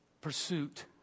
pursuit